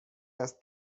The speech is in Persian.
است